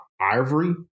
ivory